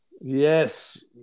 Yes